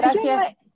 gracias